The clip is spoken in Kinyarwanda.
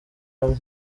hamwe